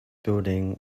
building